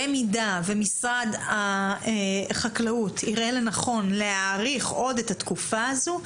במידה ומשרד החקלאות יראה לנכון להאריך עוד את התקופה הזו,